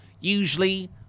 usually